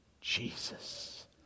Jesus